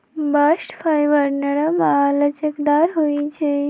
bast fibre नरम आऽ लचकदार होइ छइ